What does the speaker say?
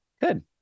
Good